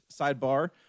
sidebar